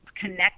connect